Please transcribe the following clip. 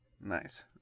Nice